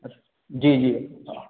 जी जी